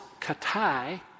katai